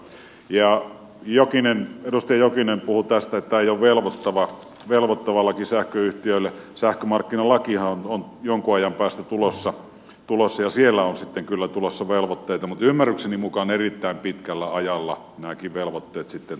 ja edustaja jokinen puhui tästä että tämä ei ole velvoittava laki sähköyhtiöille sähkömarkkinalakihan on jonkun ajan päästä tulossa ja siellä on sitten kyllä tulossa velvoitteita mutta ymmärrykseni mukaan erittäin pitkällä ajalla nämäkin velvoitteet sitten toteutuvat